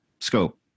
scope